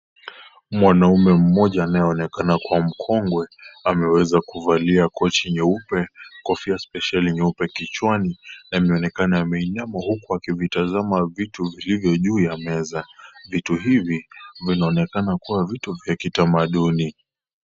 Mwanaume mmoja anayeonekana kuwa mkongwe, ameweza kuvalia koti nyeupe, kofia spesheli nyeupe kichwani na mionekano yameinama huku akivitazama vitu vilivyo juu ya meza. Vitu hivi ,vinaonekana kuwa vitu vya kitamaduni.